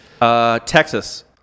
Texas